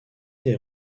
des